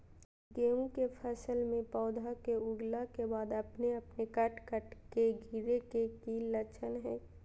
गेहूं के फसल में पौधा के उगला के बाद अपने अपने कट कट के गिरे के की लक्षण हय?